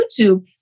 YouTube